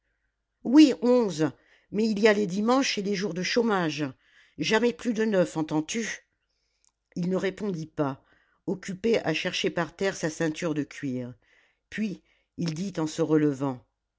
oui onze mais il y a les dimanches et les jours de chômage jamais plus de neuf entends-tu il ne répondit pas occupé à chercher par terre sa ceinture de cuir puis il dit en se relevant